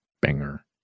banger